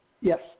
Yes